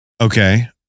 Okay